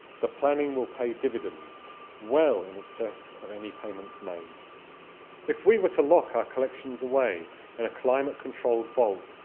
the planning will pay dividends well in excess of any payments made if we were to lock our collections away in a climate-controlled vault,